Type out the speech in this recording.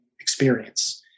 experience